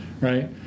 Right